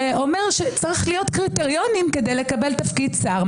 שאומר שצריכים להיות קריטריונים כדי לקבל תפקיד שר.